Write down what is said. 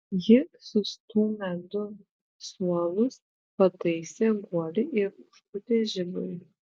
ji sustūmę du suolus pataisė guolį ir užpūtė žiburį